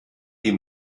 die